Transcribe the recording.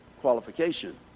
qualification